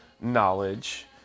knowledge